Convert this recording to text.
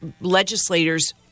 legislators